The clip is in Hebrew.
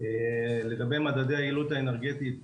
לגבי מדדי יעילות אנרגטית.